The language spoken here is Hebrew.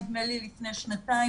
נדמה לי לפני שנתיים,